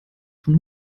von